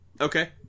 okay